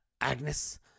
Agnes